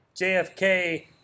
JFK